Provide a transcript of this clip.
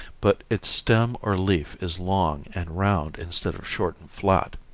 but its stem or leaf is long and round instead of short and flat.